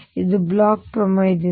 ಇದು ಬ್ಲೋಚ್ ಪ್ರಮೇಯದಿಂದ